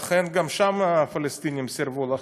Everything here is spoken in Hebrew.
גם שם הפלסטינים סירבו לחתום.